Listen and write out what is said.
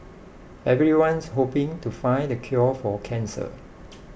everyone's hoping to find the cure for cancer